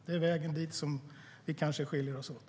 Det kanske är vägen dit som skiljer oss åt.